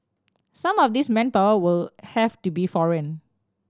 some of this manpower will have to be foreign